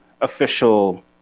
official